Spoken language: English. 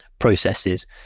processes